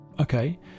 okay